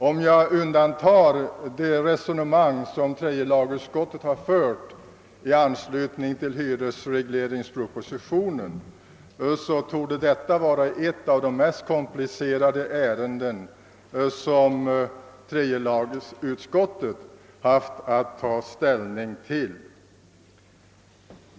Om jag undantar det resonemang som tredje lagutskottet har fört i anslutning till hyresregleringspropositionen, torde detta vara ett av de mest komplicerade ärenden som tredje lagutskottet haft att ta ställning till.